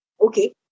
okay